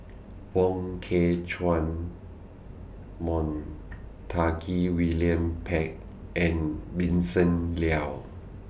Wong Kah Chun Montague William Pett and Vincent Leow